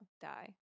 die